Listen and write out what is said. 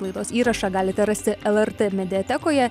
laidos įrašą galite rasti lrt mediatekoje